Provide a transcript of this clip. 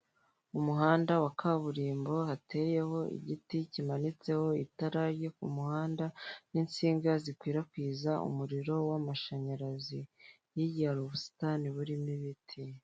Umuhanda wa kaburimbo hateyeho igiti kimanitseho itara ryo k'umuhanda n'insinga zikwirakwiza umuriro w'amashanyarazi hirya hari ubusitani burimo ibiti.